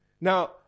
Now